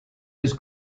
his